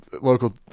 local